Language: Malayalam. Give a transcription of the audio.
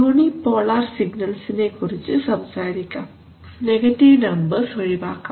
യൂണിപോളാർ സിഗ്നൽസിനെ കുറിച്ച് സംസാരിക്കാം നെഗറ്റീവ് നമ്പേഴ്സ് ഒഴിവാക്കാം